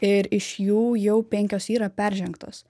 ir iš jų jau penkios yra peržengtos